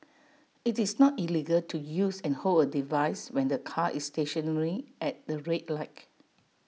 IT is not illegal to use and hold A device when the car is stationary at the red light